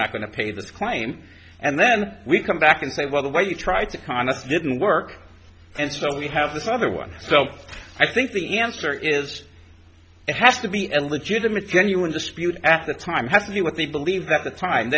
not going to pay this claim and then we come back and say well the way you tried to con us didn't work and so we have this other one so i think the answer is it has to be a legitimate genuine dispute at the time has to do with the believe that the time